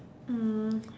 um